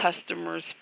customer's